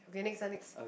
okay next ah next